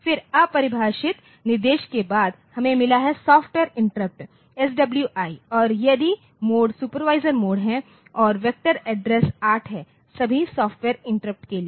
फिर अपरिभाषित निर्देश के बाद हमें मिला है कि सॉफ्टवेयर इंटरप्ट SWI और यदि मोड सुपरवाइजर मोड है और वेक्टर एड्रेस 8 है सभी सॉफ्टवेयर इंटरप्ट के लिए